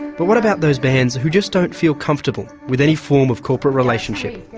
but what about those bands who just don't feel comfortable with any form of corporate relationship?